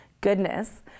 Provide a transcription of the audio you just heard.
Goodness